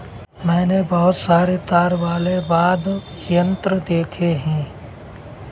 मैंने बहुत सारे तार वाले वाद्य यंत्र देखे हैं